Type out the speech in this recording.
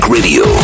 Radio